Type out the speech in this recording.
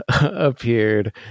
appeared